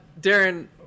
Darren